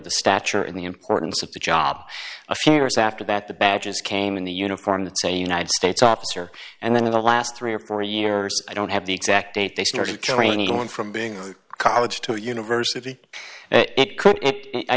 the stature in the importance of the job a few years after that the badges came in the uniform that's a united states officer and then in the last three or four years i don't have the exact date they started training one from being a college to a university it could it i